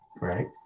right